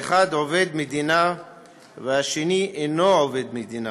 האחד עובד מדינה והשני אינו עובד מדינה.